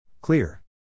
Clear